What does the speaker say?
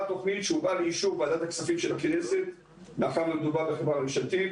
תוכנית שהובאה לאישור וועדת הכספים של הכנסת מאחר ומדובר בחברה ממשלתית,